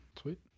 Sweet